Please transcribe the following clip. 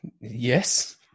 Yes